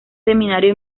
seminario